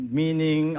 meaning